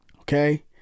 Okay